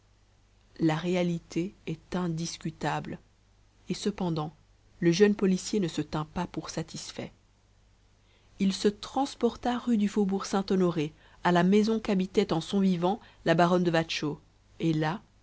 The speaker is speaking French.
la réalité est indiscutable et cependant le jeune policier ne se tint pas pour satisfait il se transporta rue du faubourg-saint-honoré à la maison qu'habitait en son vivant la baronne de watchau et là